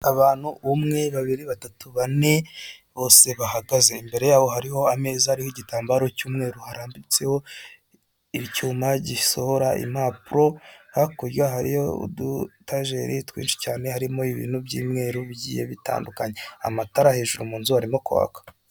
Abantu umwe babiri batatu bane, bose bahagaze. Iimbere yaho hariho ameza y'gitambaro cy'umweru, harambitseho icyuma gisohora impapuro hakurya hari udutageri twinshi cyane, harimo ibintu by'umweru bigiye bitandukanye amatara hejuru mu nzu arimo kwaka.